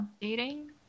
dating